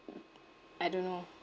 I don't know